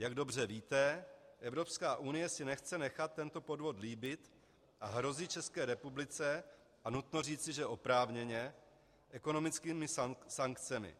Jak dobře víte, Evropská unie si nechce nechat tento podvod líbit a hrozí České republice a nutno říci, že oprávněně ekonomickými sankcemi.